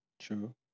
True